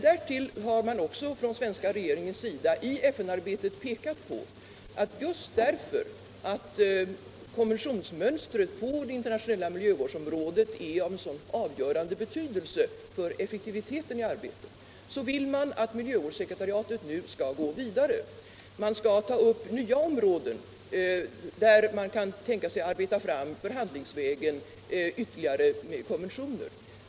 Därtill har den svenska regeringen i FN-arbetet pekat på att just därför att konventionsmönstret på det internationella miljövårdsområdet är av så avgörande betydelse för effektiviteten i arbetet, bör miljövårdssekretariatet nu gå vidare. Man bör ta upp nya områden där man kan tänka sig att förhandlingsvägen arbeta fram ytterligare konventioner.